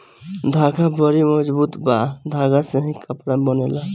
धागा बड़ी मजबूत बा धागा से ही कपड़ा बनेला